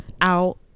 out